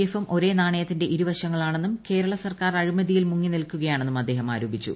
എഫും ഒരേ നാണയത്തിന്റെ ഇരുപ്പശ്ച്ങ്ങളാണെന്നും കേരള സർക്കാർ അഴിമതിയിൽ മുങ്ങി നിൽക്കുകയാണെന്നും അദ്ദേഹം ആരോപിച്ചു